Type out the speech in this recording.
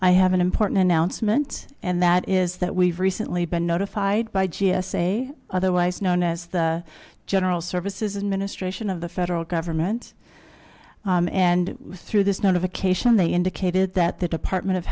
i have an important announcement and that is that we've recently been notified by gsa otherwise known as the general services administration of the federal government and through this notification they indicated that the department of